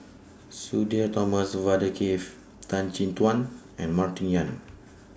Sudhir Thomas Vadaketh Tan Chin Tuan and Martin Yan